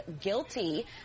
guilty